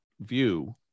view